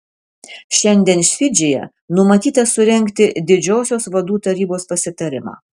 šiandien fidžyje numatyta surengti didžiosios vadų tarybos pasitarimą